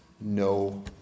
no